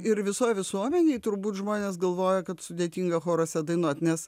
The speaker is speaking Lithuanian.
ir visoj visuomenėj turbūt žmonės galvoja kad sudėtinga choruose dainuot nes